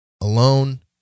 alone